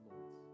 lords